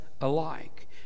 alike